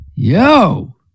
Yo